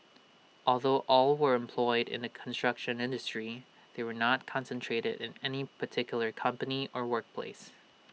although all were employed in the construction industry they were not concentrated in any particular company or workplace